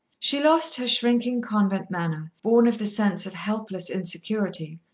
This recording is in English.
she lost her shrinking convent manner, born of the sense of helpless insecurity,